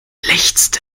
lechzte